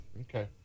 Okay